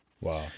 Wow